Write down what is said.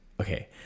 okay